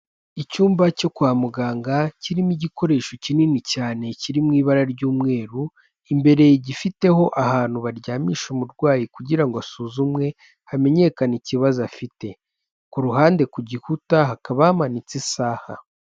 Icyumba cyo kwa muganga, kirimo igikoresho kinini cyane kiri mu ibara ry'umweru, imbere gifiteho ahantu baryamisha umurwayi kugira ngo asuzumwe, hamenyekane ikibazo afite. Ku ruhande ku gikuta hakaba hamanitse isaha.